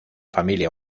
familia